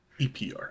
EPR